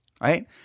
Right